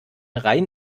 rhein